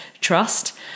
trust